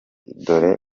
dore